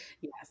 yes